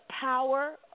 power